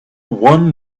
one